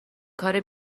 کار